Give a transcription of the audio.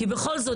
כי בכל זאת,